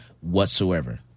whatsoever